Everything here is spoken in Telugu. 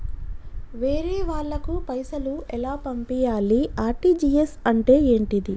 వేరే వాళ్ళకు పైసలు ఎలా పంపియ్యాలి? ఆర్.టి.జి.ఎస్ అంటే ఏంటిది?